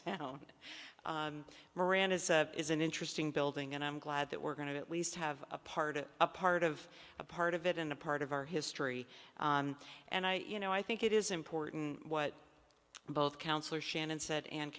miranda is an interesting building and i'm glad that we're going to at least have a part of a part of a part of it in a part of our history and i you know i think it is important what both counselor shannon said and